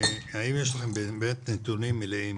האם יש לכם באמת נתונים מלאים